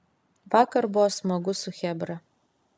vakar buvo smagu su chebra